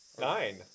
nine